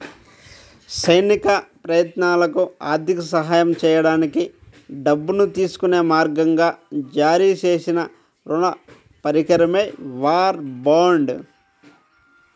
సైనిక ప్రయత్నాలకు ఆర్థిక సహాయం చేయడానికి డబ్బును తీసుకునే మార్గంగా జారీ చేసిన రుణ పరికరమే వార్ బాండ్